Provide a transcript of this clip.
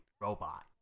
robot